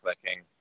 clicking